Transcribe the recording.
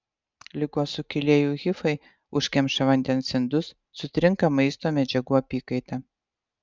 ligos sukėlėjų hifai užkemša vandens indus sutrinka maisto medžiagų apykaita